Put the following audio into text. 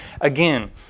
Again